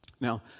Now